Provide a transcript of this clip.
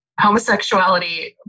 homosexuality